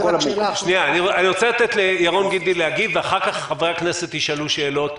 אני רוצה לתת לירון גינדי להגיב ולאחר מכן חברי הכנסת ישאלו שאלות.